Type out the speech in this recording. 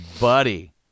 buddy